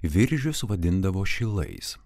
viržius vadindavo šilais